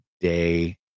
day